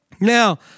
Now